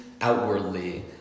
outwardly